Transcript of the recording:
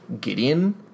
Gideon